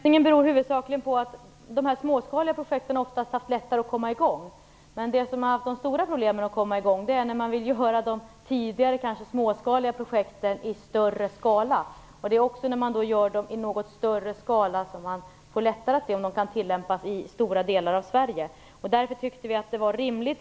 Herr talman! Begränsningen beror huvudsakligen på att man oftast har haft lättare att komma i gång med de småskaliga projekten. De stora problemen har funnits när man har velat genomföra de tidigare kanske småskaliga projekten i en större skala. När man genomför dem i en något större skala är det lättare att se om de kan tillämpas i stora delar av Sverige. Det handlar om ett begränsat anslag.